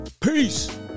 peace